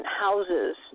houses